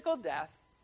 death